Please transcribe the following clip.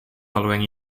following